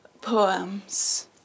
poems